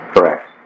Correct